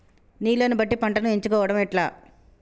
నీళ్లని బట్టి పంటను ఎంచుకోవడం ఎట్లా?